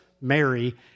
Mary